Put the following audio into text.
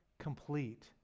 complete